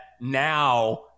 now